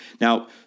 Now